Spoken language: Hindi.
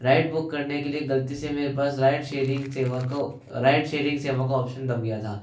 राइड बुक करने के लिए गलती से मेरे पास राइड शेयरिंग सेवा का राइड शेयरिंग सेवा का ऑप्शन दब गया था